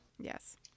Yes